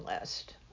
list